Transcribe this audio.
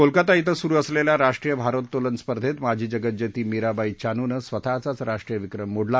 कोलकाता ब्रिं सुरु असलेल्या राष्ट्रीय भारत्तोलन स्पर्धेत माजी जगज्जेती मीराबाई चानूनं स्वतःचाव राष्ट्रीय विक्रम मोडला